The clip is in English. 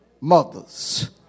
Mothers